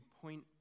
point